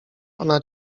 ona